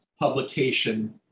publication